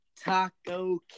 Taco